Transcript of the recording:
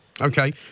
Okay